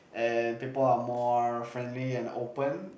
and people are more friendly and open